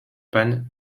panne